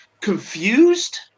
confused